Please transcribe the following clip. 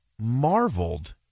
marveled